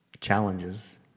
challenges